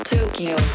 Tokyo